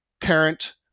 parent